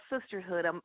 sisterhood